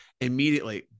immediately